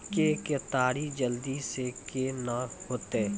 के केताड़ी जल्दी से के ना होते?